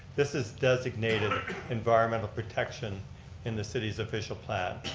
this is designated environmental protection in the city's official plan.